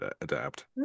adapt